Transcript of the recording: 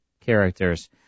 characters